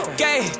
gay